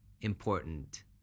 important